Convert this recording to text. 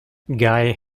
guy